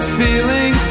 feeling